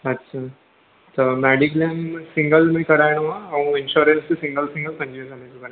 अच्छा त मेडिक्लेम में सिंगल में कराइणो आहे ऐं इंश्योरंस सिंगल सिंगल में कराइणो आहे